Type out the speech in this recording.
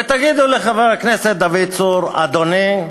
ותגידו לחבר הכנסת דוד צור: אדוני,